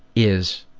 is